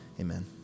Amen